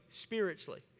spiritually